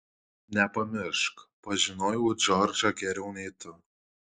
nepamiršk pažinojau džordžą geriau nei tu